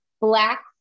black